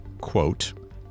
quote